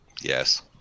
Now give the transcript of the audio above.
Yes